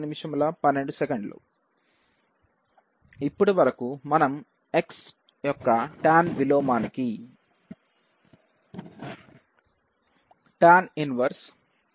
4 10 8 ఇప్పటి వరకు మనం x యొక్క టాన్ విలోమానికి f కనుగొన్నాం